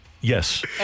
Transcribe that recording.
Yes